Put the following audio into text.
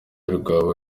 rwawe